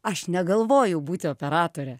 aš negalvojau būti operatore